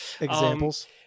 Examples